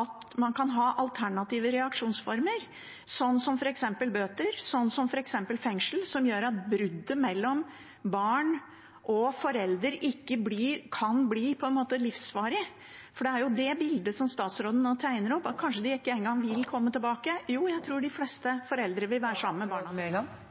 at man kan ha alternative reaksjonsformer, som f.eks. bøter, som f.eks. fengsel, som gjør at bruddet mellom barn og forelder ikke blir på en måte livsvarig, for det er det bildet statsråden nå tegner opp – at de kanskje ikke engang vil komme tilbake. Jo, jeg tror de fleste foreldre vil være sammen med barna